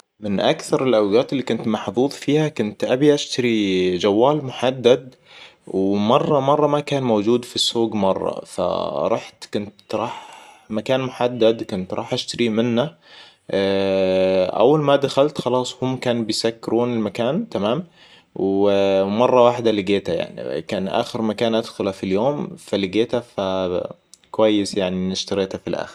من أكثر الأوقات اللي كنت محظوظ فيها كنت أبي أشتري جوال محدد. ومره مره ما كان موجود في السوق مره فرحت كنت راح مكان محدد كنت راح أشتريه منه. أول ما دخلت خلاص هو كان بيسكرون المكان, تمام. ومره وحدة لقيتها يعني كان أخر مكان أدخله في اليوم فلقيته فكويس يعني إني إشتريته في الأخر